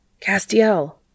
Castiel